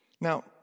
now